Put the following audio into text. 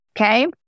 okay